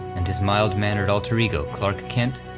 and his mild-mannered alter ego, clark kent,